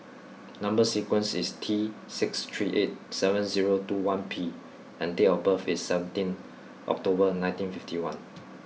number sequence is T six three eight seven zero two one P and date of birth is seventeenth October nineteen fifty one